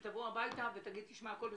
אתה תבוא הביתה ותגיד: הכל בסדר.